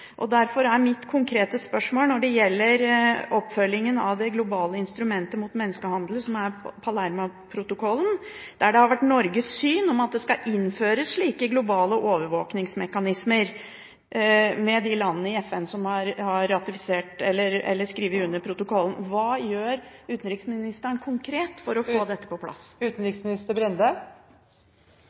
Derfor er mitt konkrete spørsmål når det gjelder oppfølgingen av det globale instrumentet mot menneskehandel, som er Palermoprotokollen, der Norges syn har vært at det skal innføres slike globale overvåkningsmekanismer, med de landene i FN som har skrevet under protokollen: Hva gjør utenriksministeren konkret for å få dette på plass?